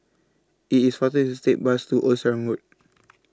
IT IS faster to Take Bus to Old Sarum Road